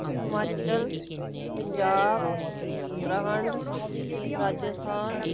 Himachal Punjab Uttarakhand Rajasthan